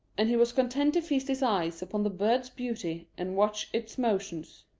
and he was content to feast his eyes upon the bird's beauty and watch its motions.